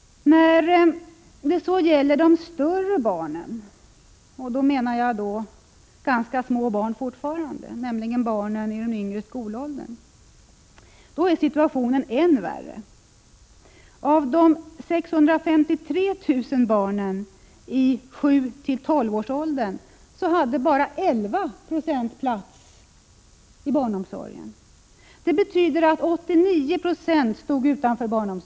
När det gäller de större barnen — jag menar då fortfarande ganska små barn, nämligen barn i den yngre skolåldern — är situationen än värre. Av de 653 000 barnen i 7—12-årsåldern hade bara 11 26 plats i fritidshem. Det betyder att 89 Jo stod utanför barnomsorgen.